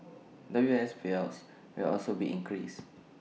W I S payouts will also be increased